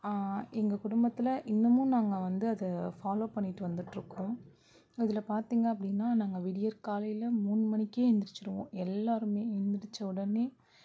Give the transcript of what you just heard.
எங்கள் குடும்பத்தில் இன்னமும் நாங்கள் வந்து அதை ஃபாலோ பண்ணிகிட்டு வந்துகிட்டுருக்கோம் அதில் பார்த்திங்க அப்படினா நாங்கள் விடியற்காலையில மூணு மணிக்கே எழுந்திரிச்சிருவோம் எல்லாருமே எழுந்திரிச்ச உடனே